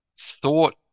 thought